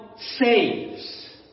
saves